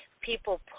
People